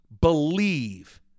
believe